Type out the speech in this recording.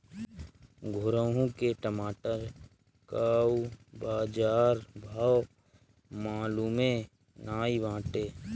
घुरहु के टमाटर कअ बजार भाव मलूमे नाइ बाटे